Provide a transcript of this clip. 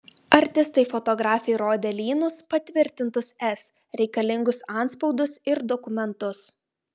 artistai fotografei rodė lynus patvirtintus es reikalingus antspaudus ir dokumentus